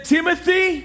Timothy